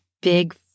big